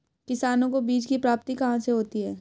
किसानों को बीज की प्राप्ति कहाँ से होती है?